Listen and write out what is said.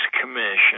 Commission